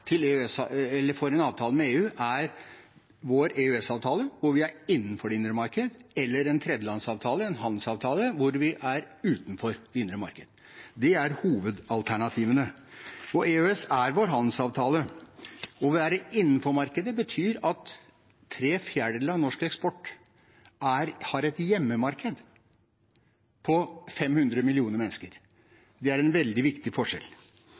en avtale med EU er vår EØS-avtale, hvor vi er innenfor det indre marked, eller en tredjelandsavtale, en handelsavtale, hvor vi er utenfor det indre marked. Det er hovedalternativene. EØS er vår handelsavtale. Å være innenfor markedet betyr at tre fjerdedeler av norsk eksport har et hjemmemarked på 500 millioner mennesker. Det er en veldig viktig forskjell.